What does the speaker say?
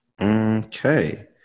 Okay